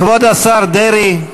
כבוד השר דרעי.